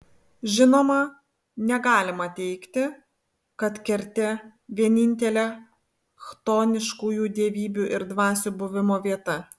žinoma negalima teigti kad kertė vienintelė chtoniškųjų dievybių ir dvasių buvimo vieta